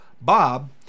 bob